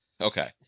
okay